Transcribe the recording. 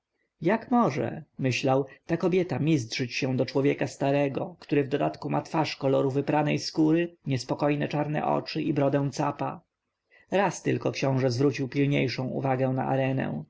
może myślał ta kobieta mizdrzyć się do człowieka starego który w dodatku ma twarz koloru wyprawnej skóry niespokojne czarne oczy i brodę capa raz tylko książę zwrócił pilniejszą uwagę na